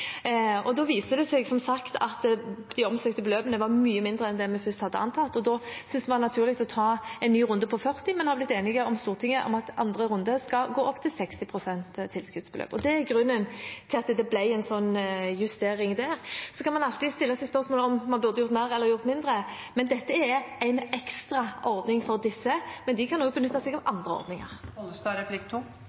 viste seg som sagt at de omsøkte beløpene var mye mindre enn vi først hadde antatt, og da syntes vi det var naturlig å ta en ny runde på 40 pst., men vi har blitt enig med Stortinget om at andre runde skal gå opp til 60 pst. tilskuddsbeløp. Det er grunnen til at det ble en slik justering der. Man kan alltid stille seg spørsmål om man burde gjort mer eller mindre. Dette er en ekstraordning for disse, men de kan også benytte seg av andre ordninger.